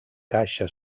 caixa